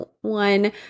one